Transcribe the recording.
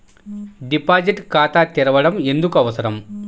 Deposit ఖాతా తెరవడం ఎందుకు అవసరం?